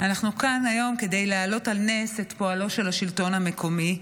אנחנו כאן היום כדי להעלות על נס את פועלו של השלטון המקומי,